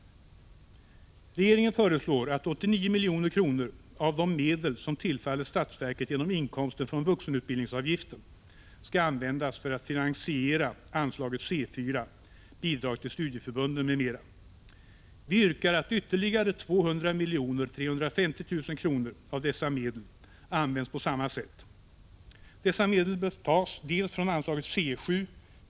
Regeringen föreslår att 89 000 000 kr. av de medel som tillfaller statsverket genom inkomsten från vuxenutbildningsavgiften skall användas för att finansiera anslaget C 4. Bidrag till studieförbunden m.m. Vi yrkar att ytterligare 200 350 000 kr. av dessa medel används på samma sätt. Dessa medel bör tas dels från anslaget C 7.